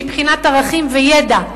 מבחינת ערכים וידע,